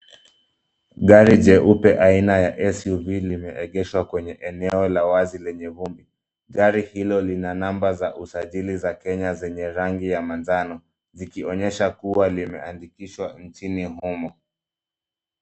Gari jeupe aina ya Suv limeegeshwa kwenye eneo la wazi lenye vumbi. Gari hilo lina namba za usajili za Kenya zenye rangi ya manjano. Zikionyesha kuwa limeandikishwa nchini humu.